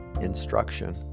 instruction